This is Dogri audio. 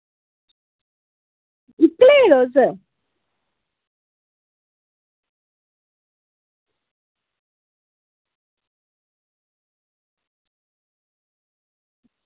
इक्कलै न तुस